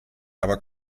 aber